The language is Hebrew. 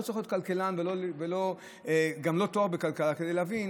לא צריך להיות כלכלן וגם לא עם תואר בכלכלה כדי להבין